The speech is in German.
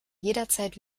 jederzeit